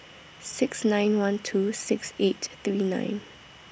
six nine one two six eight three nine